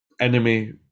enemy